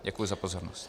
Děkuji za pozornost.